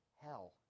hell